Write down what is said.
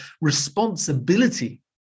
responsibility